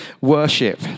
worship